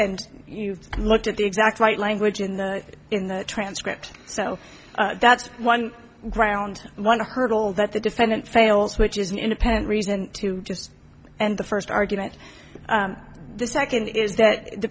and you look at the exact right language in the in the transcript so that's one ground one hurdle that the defendant fails which is an independent reason to just and the first argument the second is that the